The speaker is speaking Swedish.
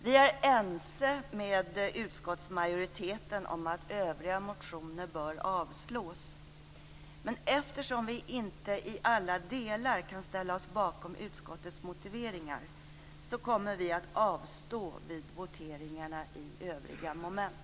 Vi är ense med utskottsmajoriteten om att övriga motioner bör avslås, men eftersom vi inte i alla delar kan ställa oss bakom utskottets motiveringar kommer vi att avstå vid voteringarna i övriga moment.